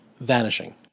vanishing